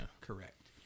Correct